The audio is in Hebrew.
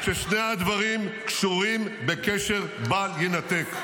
ואני מאמין ששני הדברים קשורים בקשר בל יינתק.